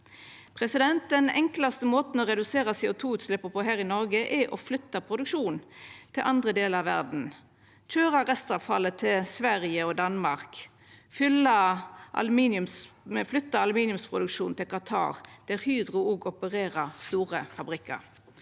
hovuda. Den enklaste måten å redusera CO2-utsleppa på i Noreg er å flytta produksjonen til andre delar av verda, køyra restavfallet til Sverige og Danmark, og flytta aluminiumsproduksjonen til Qatar, der Hydro opererer store fabrikkar.